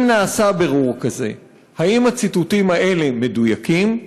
2. אם נעשה בירור כזה, האם הציטוטים האלה מדויקים?